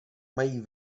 mají